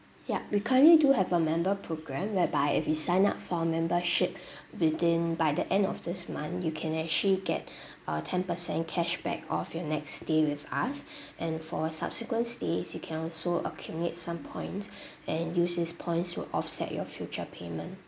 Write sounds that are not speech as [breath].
yup we currently do have a member programme whereby if you sign up for our membership [breath] within by the end of this month you can actually get [breath] a ten percent cashback off your next stay with us [breath] and for subsequent stays you can also accumulate some points [breath] and use these points to offset your future payment